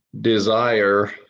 desire